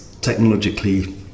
technologically